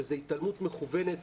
וזו התעלמות מכוונת,